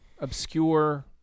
obscure